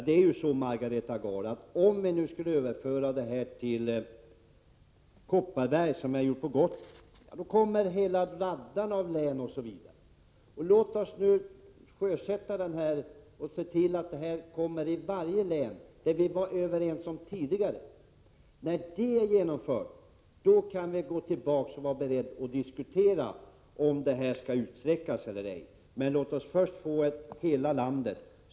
Det är ju så, Margareta Gard, att om vi nu skulle överföra till Kopparberg det system som är infört för Gotland så kommer strax hela raddan av län. Låt oss nu sjösätta det här och se till att det kommer i varje län, som vi var överens om tidigare. När det är genomfört kan vi gå tillbaka och vara beredda att diskutera om detta försök skall utsträckas eller ej, men låt oss först få det genomfört i hela landet.